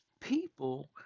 People